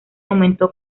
aumentó